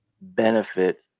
benefit